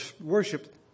worship